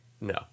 No